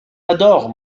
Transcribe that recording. adore